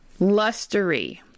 Lustery